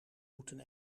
moeten